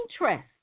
interest